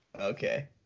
Okay